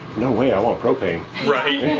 no way, i want propane. right.